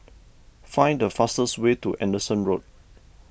find the fastest way to Anderson Road